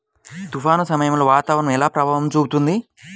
తుఫాను సమయాలలో వాతావరణం ఎలా ప్రభావం చూపుతుంది?